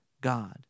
God